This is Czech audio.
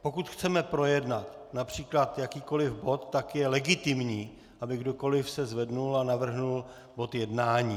Pokud chceme projednat například jakýkoliv bod, tak je legitimní, aby se kdokoliv zvedl a navrhl bod jednání.